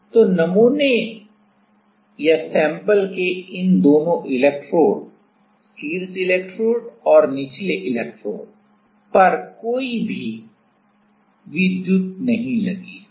तो नमूने के इन दोनों इलेक्ट्रोड शीर्ष इलेक्ट्रोड और निचले इलेक्ट्रोड कोई भी विद्युत नहीं लगी है